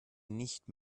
nicht